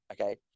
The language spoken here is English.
Okay